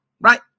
right